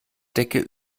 decke